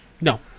No